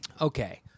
Okay